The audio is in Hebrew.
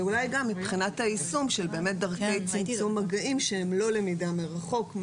ואולי גם מבחינת היישום של דרכי צמצום מגעים שהם לא למידה מרחוק,